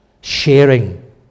Sharing